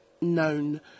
known